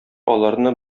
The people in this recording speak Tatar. аларны